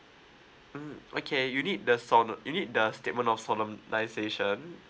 mm okay you need the sol~ you need the statement of solemnisation